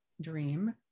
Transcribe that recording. dream